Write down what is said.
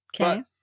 Okay